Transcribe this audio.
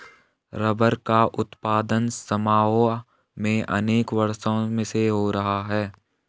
rubber का उत्पादन Samoa में अनेक वर्षों से हो रहा है